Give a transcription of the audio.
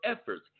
efforts